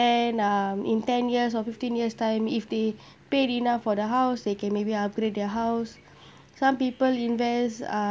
then um in ten years or fifteen years time if they paid enough for the house they can maybe upgrade their house some people invest uh